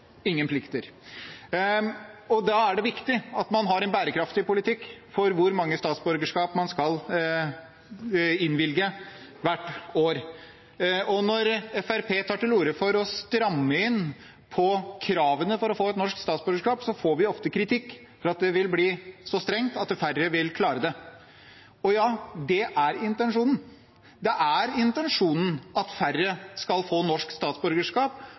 ingen plikter, og da er det viktig å ha en bærekraftig politikk for hvor mange statsborgerskap man skal innvilge hvert år. Når Fremskrittspartiet tar til orde for å stramme inn på kravene for å få et norsk statsborgerskap, får vi ofte kritikk for at det vil bli så strengt at færre vil klare det. Ja, det er intensjonen. Intensjonen er at færre skal få norsk statsborgerskap